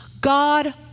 God